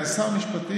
אני שר המשפטים.